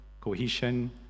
cohesion